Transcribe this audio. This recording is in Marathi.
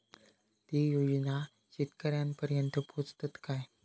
ते योजना शेतकऱ्यानपर्यंत पोचतत काय?